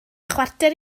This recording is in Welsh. chwarter